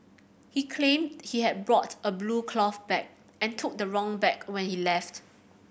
he claimed he had brought a blue cloth bag and took the wrong bag when he left